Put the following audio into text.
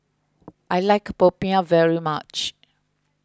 I like Popiah very much